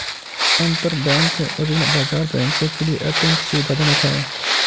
अंतरबैंक ऋण बाजार बैंकों के लिए अत्यंत सुविधाजनक है